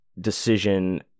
decision